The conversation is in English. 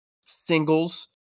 singles